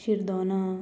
शिरदोना